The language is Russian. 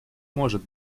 может